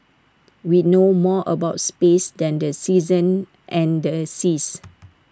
we know more about space than the seasons and the seas